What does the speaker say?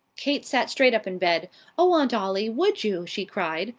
kate sat straight up in bed oh, aunt ollie! would you? she cried.